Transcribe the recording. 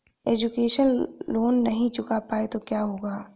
Education loan नहीं चुका पाए तो क्या होगा?